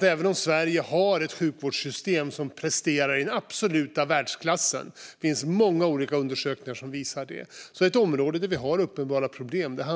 Även om Sverige har ett sjukvårdssystem som presterar i absolut världsklass, vilket det finns många olika undersökningar som visar, är primärvården ett problem.